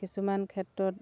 কিছুমান ক্ষেত্ৰত